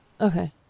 Okay